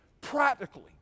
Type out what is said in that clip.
practically